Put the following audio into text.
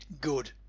good